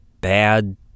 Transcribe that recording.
bad